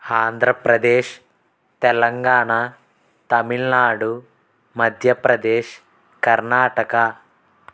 Andhra Pradesh Telangana Tamil Nadu Madhya Pradesh Karnataka